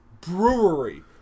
brewery